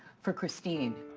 for cristine.